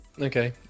okay